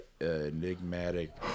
enigmatic